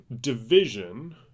Division